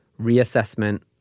reassessment